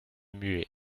muet